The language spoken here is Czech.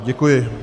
Děkuji.